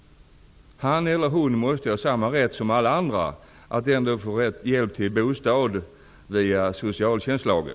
Han eller hon måste ha samma rätt som alla andra att ändå få hjälp till bostad via socialtjänstlagen?